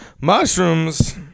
mushrooms